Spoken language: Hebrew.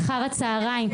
אחר הצהריים,